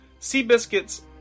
Seabiscuit's